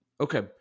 Okay